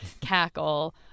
cackle